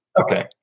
Okay